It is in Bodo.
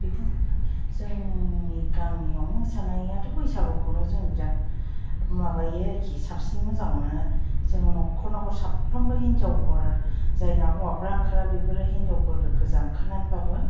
जोंनि गामियाव मोसानायाथ' जों बैसागुखौनो जों बिराद माबायो आरोखि साबसिन मोजां मोनो जोङो न'खर न'खर साफ्रोमबो हिन्जावफोर जायना हौवाफ्रा ओंखारा बेफोरो हिन्जावफोर गोजा ओंखारनानैबाबो